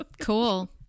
Cool